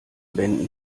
wenden